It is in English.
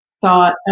thought